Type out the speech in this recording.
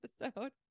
episode